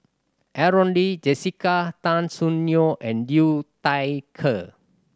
Aaron Lee Jessica Tan Soon Neo and Liu Thai Ker